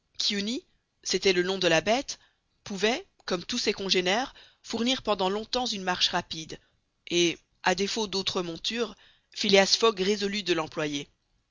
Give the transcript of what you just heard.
c'était le nom de la bête pouvait comme tous ses congénères fournir pendant longtemps une marche rapide et à défaut d'autre monture phileas fogg résolut de l'employer